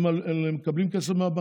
אלא מקבלים כסף מהבנק.